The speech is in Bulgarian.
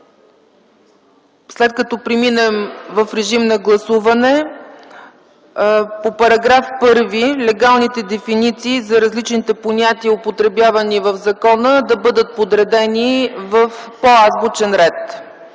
след като преминем в режим на гласуване, ще подложа на гласуване по § 1 легалните дефиниции за различните понятия, употребявани в закона, да бъдат подредени по азбучен ред.